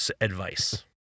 advice